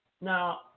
Now